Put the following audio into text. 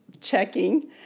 checking